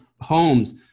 homes